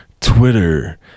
twitter